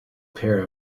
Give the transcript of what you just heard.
pair